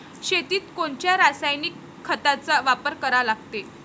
शेतीत कोनच्या रासायनिक खताचा वापर करा लागते?